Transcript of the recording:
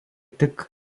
tik